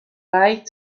light